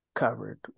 covered